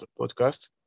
podcast